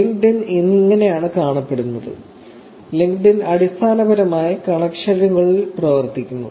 LinkedIn ഇങ്ങനെയാണ് കാണപ്പെടുന്നത് LinkedIn അടിസ്ഥാനപരമായി കണക്ഷനുകളിൽ പ്രവർത്തിക്കുന്നു